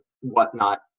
whatnot